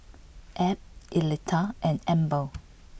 Ebb Electa and Amber